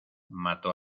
mató